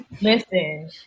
listen